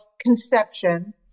conception